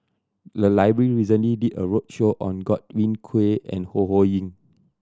the library recently did a roadshow on Godwin Koay and Ho Ho Ying